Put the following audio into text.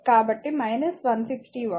కాబట్టి 160 వాట్